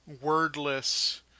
wordless